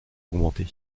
augmenté